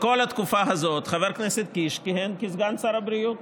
כל התקופה הזאת חבר הכנסת קיש כיהן כסגן שר הבריאות,